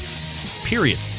Period